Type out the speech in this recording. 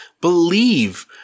believe